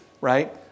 right